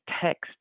text